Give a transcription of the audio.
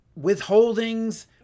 withholdings